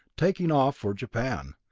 taking off for japan,